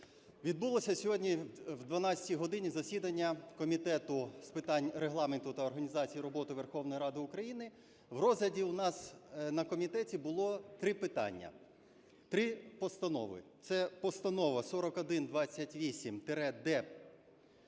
Відбулося сьогодні о 12 годині засідання Комітету з питань Регламенту та організації роботи Верховної Ради України, в розгляді у нас на комітеті було 3 питання, 3 постанови: це Постанова 4128-д